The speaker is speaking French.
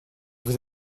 vous